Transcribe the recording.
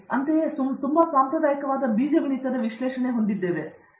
ಅಂತೆಯೇ ನಾವು ತುಂಬಾ ಸಾಂಪ್ರದಾಯಿಕ ಬೀಜಗಣಿತದ ವಿಶ್ಲೇಷಣೆ ಹೊಂದಿವೆ